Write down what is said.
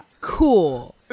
cool